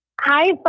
Hi